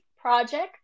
project